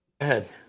ahead